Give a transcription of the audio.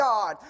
God